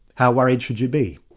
how worried should you be?